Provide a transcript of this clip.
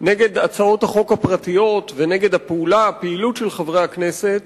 נגד הצעות החוק הפרטיות ונגד הפעילות של חברי הכנסת